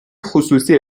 خصوصی